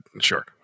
Sure